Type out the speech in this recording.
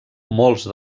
molts